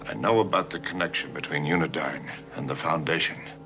ah know about the connection between unidyne and the foundation,